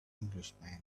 englishman